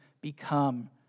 become